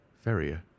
ferrier